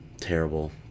terrible